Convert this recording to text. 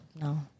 No